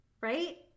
Right